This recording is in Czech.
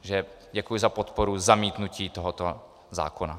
Takže děkuji za podporu zamítnutí tohoto zákona.